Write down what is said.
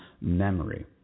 memory